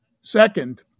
Second